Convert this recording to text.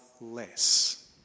less